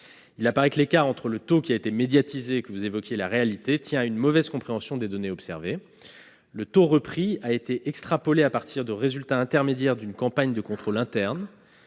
Il apparaît que l'écart entre le taux qui a été médiatisé, et que vous évoquiez, et la réalité tient à une mauvaise compréhension des données observées. Le taux repris a été extrapolé à partir de résultats intermédiaires d'une campagne de contrôle interne